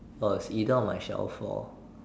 err its either on my shelf or